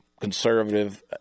conservative